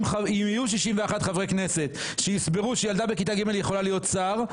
אם יהיו 61 חברי כנסת שיסברו שילדה בכיתה ג' יכולה להיות שר,